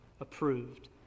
approved